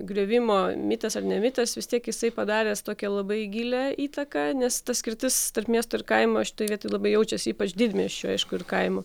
griovimo mitas ar nemitas vis tiek jisai padaręs tokią labai gilią įtaką nes ta skirtis tarp miesto ir kaimo šitoj vietoj labai jaučiasi ypač didmiesčio aišku ir kaimo